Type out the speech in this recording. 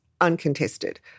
uncontested